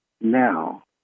now